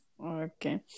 okay